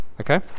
okay